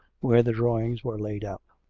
where the drawings were laid out.